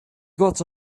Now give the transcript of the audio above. got